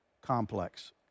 complex